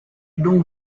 don’t